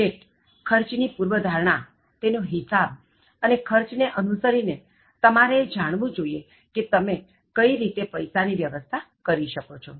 budget ખર્ચ ની પૂર્વ ધારણા તેનો હિસાબ અને ખર્ચ ને અનુસરી ને તમારે એ જાણવું જોઇએ કે તમે કઈ રીતે પૈસા ની વ્યવસ્થા કરી શકો છો